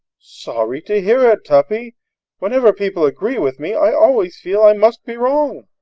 sorry to hear it, tuppy whenever people agree with me, i always feel i must be wrong.